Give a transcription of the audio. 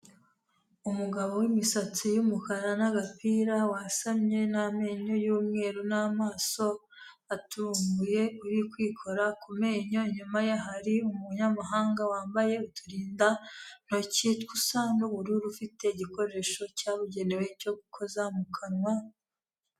Umugabo w'imisatsi y'umukara n'agapira, wasamye n'amenyo y'umweru n'amaso aturumbuye uri kwikora ku menyo, inyuma ye hari umunyamahanga wambaye uturindantoki dusa n'ubururu, ufite igikoresho cyabugenewe cyo gukoza mu kanwa.